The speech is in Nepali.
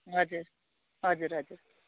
हजुर हजुर हजुर